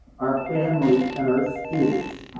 our families and our students.